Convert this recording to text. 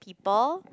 Ipoh